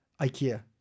IKEA